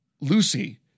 Lucy